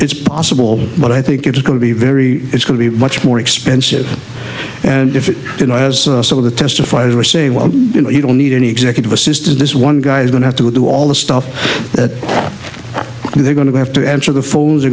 it's possible but i think it's going to be very it's going to be much more expensive and if it has some of the testifier say well you know you don't need any executive assistant this one guy is going have to do all the stuff that they're going to have to answer the phones are